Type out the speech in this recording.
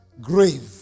grave